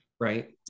Right